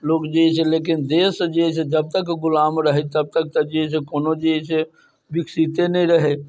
लोग जे है से लेकिन देश जे है से जब तक गुलाम रहे तब तक जे है से कोनो जे है से विकसिते नहि रहे